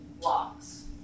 blocks